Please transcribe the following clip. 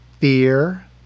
fear